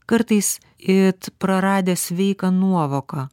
kartais it praradę sveiką nuovoką